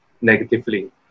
negatively